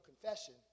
confession